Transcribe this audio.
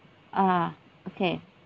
ah okay